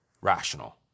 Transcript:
rational